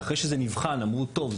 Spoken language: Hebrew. ואחרי שזה נבחן אמרו: טוב,